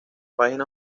página